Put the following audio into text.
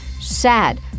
sad